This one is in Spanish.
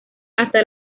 hasta